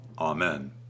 Amen